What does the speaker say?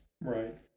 Right